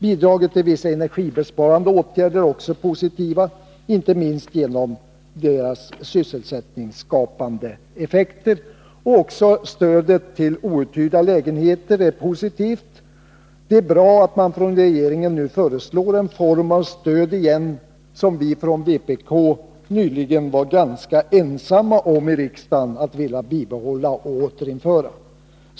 Bidraget till vissa energibesparande åtgärder är också Nr 54 positivt, inte minst genom sina sysselsättningsskapande effekter. Fredagen den Aven förslagen om stöd till outhyrda lägenheter är positiva. Det är bra att 17 december 1982 regeringen nu föreslår en form av stöd igen, som vpk ganska nyligen var ensamma om i riksdagen att vilja bibehålla och återinföra.